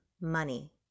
money